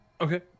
Okay